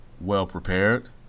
well-prepared